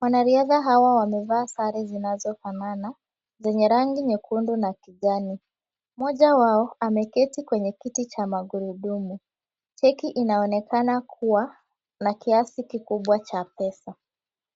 wanariadha hawa wamevaa sare zinazofanana zenye rangi nyekundu na kijani, mmmoja wao ameketi kwenye kiti cha magurudumu, chiki kinaonekana kuwa na kiasi kikubwa cha pesa.